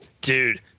Dude